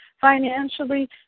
financially